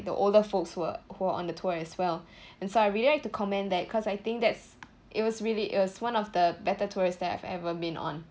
the older folks who were who were on the tour as well and so I really like to commend that cause I think that's it was really it was one of the better tours that I've ever been on